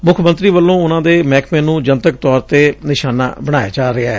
ਮੁੱਖ ਮੰਤਰੀ ਵਲੋਂ ਉਨ੍ਹਾਂ ਦੇ ਮਹਿਕਮੇ ਨੂੰ ਜਨਤਕ ਤੌਰ ਤੇ ਨਿਸ਼ਾਨਾ ਬਣਾਇਆ ਜਾਂਦੈ